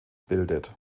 bildet